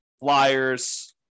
flyers